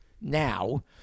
now